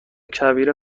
کبیر